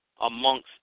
amongst